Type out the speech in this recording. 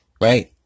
right